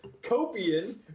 Copian